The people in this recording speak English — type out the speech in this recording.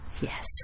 yes